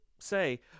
say